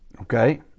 okay